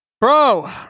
bro